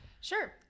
Sure